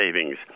savings